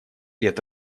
лет